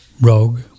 rogue